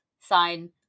sign